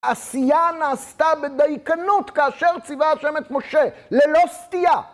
עשייה נעשתה בדייקנות כאשר ציווה השם את משה, ללא סטייה.